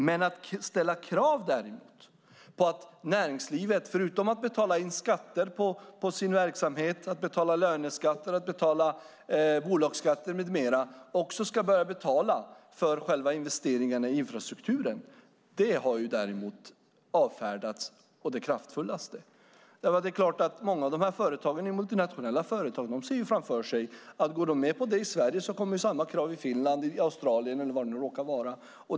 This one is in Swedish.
Att däremot ställa krav på att näringslivet, förutom att betala in skatter på sin verksamhet, betala löneskatter, betala bolagsskatter med mera, också ska behöva betala för själva investeringen i infrastrukturen har avfärdats å det kraftfullaste. Många av de här företagen är multinationella företag. De ser framför sig att om de går med på detta i Sverige kommer samma krav i Finland, i Australien eller var det nu råkar vara.